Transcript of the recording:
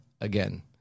again